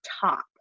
top